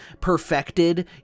perfected